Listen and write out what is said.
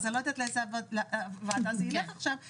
אז אני לא יודעת לאיזו ועדה זה ילך היום,